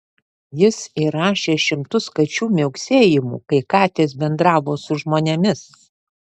jis įrašė šimtus kačių miauksėjimų kai katės bendravo su žmonėmis